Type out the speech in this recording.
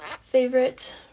favorite